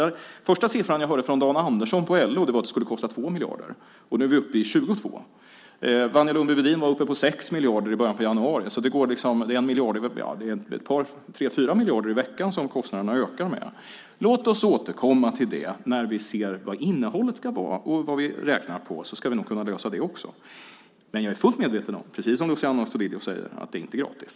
Den första siffran jag hörde, från Dan Andersson på LO, var att det skulle kosta 2 miljarder, och nu är vi uppe på 22 miljarder. Wanja Lundby-Wedin var uppe i 6 miljarder i början av januari. Det är alltså 2-4 miljarder i veckan som kostnaderna ökar med. Låt oss återkoma till det när vi ser vad innehållet ska vara och vad vi räknar på, så ska vi nog kunna lösa det också. Men jag är fullt medveten om att det, precis som Luciano Astudillo säger, inte är gratis.